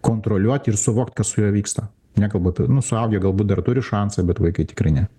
kontroliuot ir suvokt kas su juo vyksta nekalbu apie nu suaugę galbūt dar turi šansą bet vaikai tikrai ne